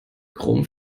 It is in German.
chrome